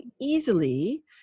easily